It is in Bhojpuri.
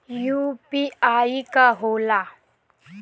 यू.पी.आई का होला?